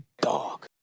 Dog